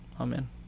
Amen